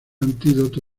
antídoto